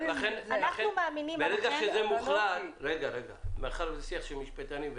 מאחר שזה שיח של משפטנים,